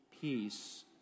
peace